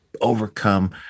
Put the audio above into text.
overcome